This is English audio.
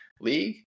league